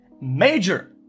Major